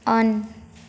on